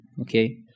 okay